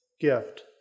gift